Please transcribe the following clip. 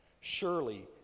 Surely